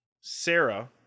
Sarah